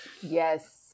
Yes